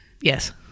Yes